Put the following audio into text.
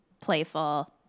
playful